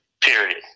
period